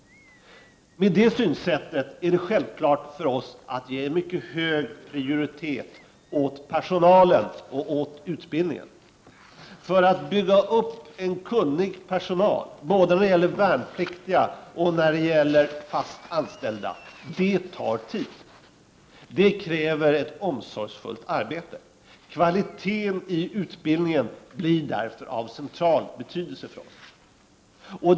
Med ett sådant synsätt är det självklart att personal och utbildning skall prioriteras mycket högt. Det tar ju tid att få fram en kunnig personal, när det gäller både värnpliktiga och fast anställda. Dessutom krävs det ett omsorgsfullt arbete för att uppnå detta. Kvaliteten i utbildningen blir därför av central betydelse för oss i centern.